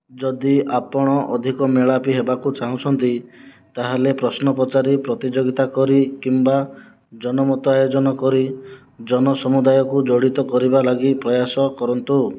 ଯଦି ଆପଣ ଅଧିକ ମେଳାପୀ ହେବାକୁ ଚାହୁଁଛନ୍ତି ତାହେଲେ ପ୍ରଶ୍ନ ପଚାରି ପ୍ରତିଯୋଗିତା କରି କିମ୍ବା ଜନମତ ଆୟୋଜନ କରି ଜନ ସମୁଦାୟକୁ ଜଡ଼ିତ କରିବା ଲାଗି ପ୍ରୟାସ କରନ୍ତୁ